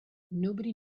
nobody